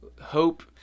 hope